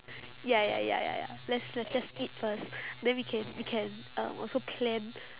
ya ya ya ya ya let's let's just eat first then we can we can um also plan